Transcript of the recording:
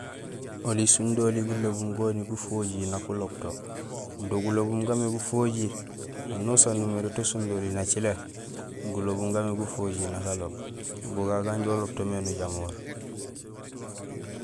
Oli sundoli gulobum goni gufojiir na uloob to; do gulobum gaamé gufojiir anusaan numiré to sindoli nacilé gulobum gaamé gufojiir nak aloob go gagu ganja uloob to mé nujamoor.